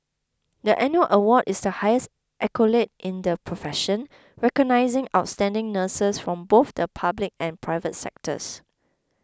the annual award is the highest accolade in the profession recognising outstanding nurses from both the public and private sectors